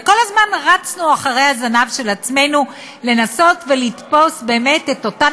וכל הזמן רצנו אחרי הזנב של עצמנו לנסות לתפוס את אותן